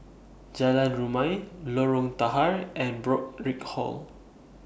Jalan Rumia Lorong Tahar and Burkill Hall